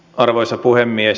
arvoisa puhemies